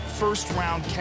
first-round